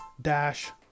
dash